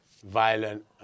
Violent